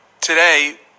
Today